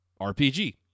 RPG